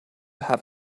have